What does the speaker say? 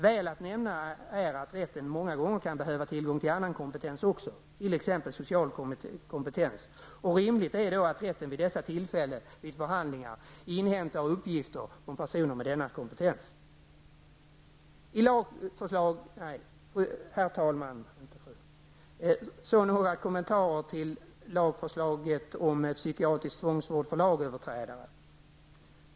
Väl att nämna är att rätten många gånger kan behöva tillgång även till annan kompetens, t.ex. social kompetens. Det är rimligt att rätten vid dessa tillfällen vid förhandlingar inhämtar uppgifter från personer med denna kompetens. Herr talman! Jag vill göra några kommentarer till lagförslaget om psykiatrisk tvångsvård för lagöverträdare.